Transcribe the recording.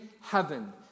heaven